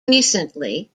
recently